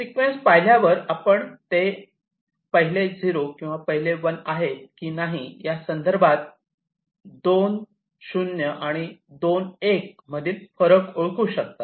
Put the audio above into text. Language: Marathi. सिक्वेन्स पहिल्यावर आपण ते नंबर पहिले 0 किंवा पहिले 1 आहेत की नाही यासंदर्भात 2 शून्य आणि 2 एक मधील फरक ओळखू शकतात